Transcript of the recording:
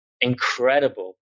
incredible